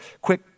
quick